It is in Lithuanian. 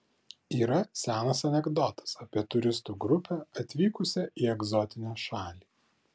yra senas anekdotas apie turistų grupę atvykusią į egzotinę šalį